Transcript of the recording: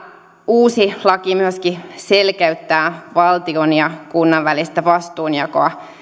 uusi laki myöskin selkeyttää valtion ja kunnan välistä vastuunjakoa